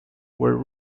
were